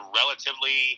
relatively